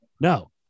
No